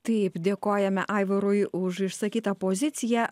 taip dėkojame aivarui už išsakytą poziciją